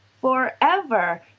forever